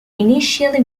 initially